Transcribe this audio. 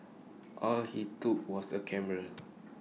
all he took was A camera